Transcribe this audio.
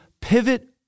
pivot